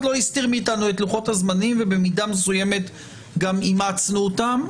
לא הסתיר מאתנו את לוחות הזמנים ובמידה מסוימת גם אם אימצנו אותם,